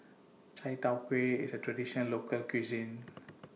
Chai Tow Kway IS A Traditional Local Cuisine